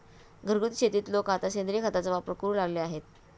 घरगुती शेतीत लोक आता सेंद्रिय खताचा वापर करू लागले आहेत